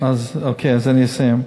אני אסיים.